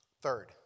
Third